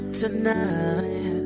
tonight